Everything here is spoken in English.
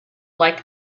like